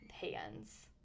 hands